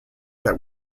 that